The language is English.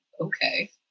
okay